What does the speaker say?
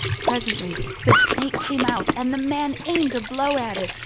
presently the snake came out, and the man aimed a blow at it,